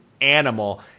animal